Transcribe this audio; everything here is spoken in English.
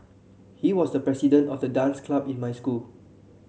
he was the president of the dance club in my school